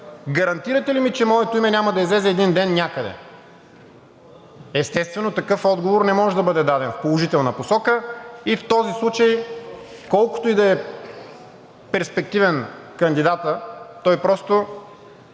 гарантирате ли ми, че моето име няма да излезе един ден някъде? Естествено, такъв отговор не може да бъде даден в положителна посока и в този случай, колкото и да е перспективен кандидатът, той се